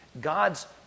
God's